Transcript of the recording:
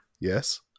yes